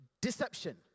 deception